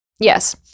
Yes